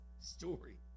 story